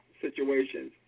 situations